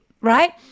right